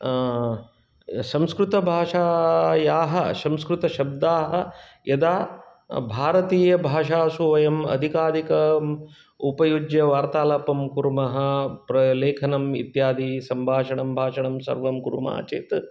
संस्कृतभाषायाः संस्कृतशब्दाः यदा भारतीयभाषासु वयम् अधिकाधिकम् उपयुज्य वार्तालापं कुर्मः प्र लेखनम् इत्यादि सम्भाषणं भाषणं सर्वं कुर्मः चेत्